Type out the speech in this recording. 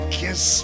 kiss